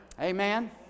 Amen